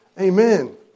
Amen